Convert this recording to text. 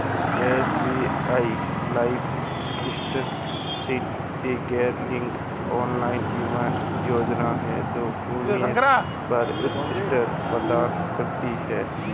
SBI life eshield एक गैरलिंक्ड online बीमा योजना है जो प्रीमियम पर उच्च रिटर्न प्रदान करती है